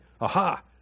Aha